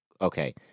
Okay